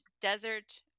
desert